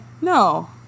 no